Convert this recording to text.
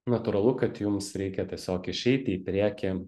natūralu kad jums reikia tiesiog išeiti į priekį